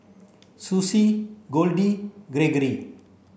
Susie Goldie Greggory